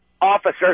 officer